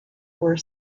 were